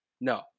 No